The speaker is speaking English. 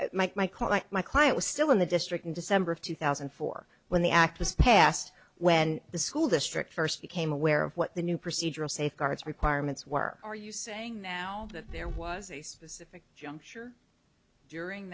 period my client was still in the district in december of two thousand and four when the act was passed when the school district first became aware of what the new procedural safeguards requirements were are you saying now that there was a specific juncture during